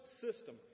system